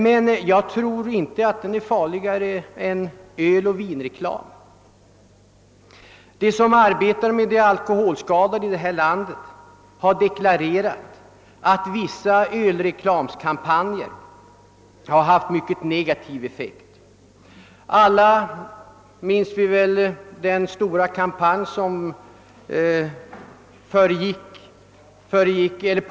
Men jag tror inte att den är farligare än öloch vinreklam. De som arbetar med alkoholskadade här i landet har deklarerat att vissa ölreklamkampanjer har haft mycket negativ effekt. Alla minns vi väl också den stora ölkampanj som pågick i våras.